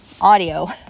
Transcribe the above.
audio